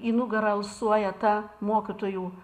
į nugarą alsuoja ta mokytojų